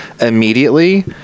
immediately